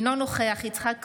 אינו נוכח יצחק קרויזר,